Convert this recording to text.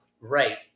right